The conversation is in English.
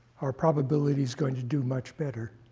our probability's going to do much better.